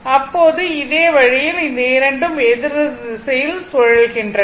இப்போது அதே வழியில் இந்த இரண்டும் எதிர் எதிர் திசையில் சுழல்கின்றன